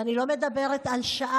ואני לא מדברת על שעה,